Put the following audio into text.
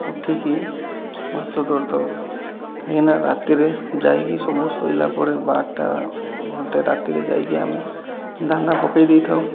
ଉଠିକି ମାଛ ଧରିଥାଉ କାହିଁକିନା ରାତିରେ ଯାଇକି ସବୁ ଶୋଇଲା ପରେ ବାରଟା ଘଣ୍ଟେ ରାତିରେ ଯାଇକି ଆମେ ଦାନା ପକାଇ ଦେଇଥାଉ